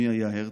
מי היה הרצל.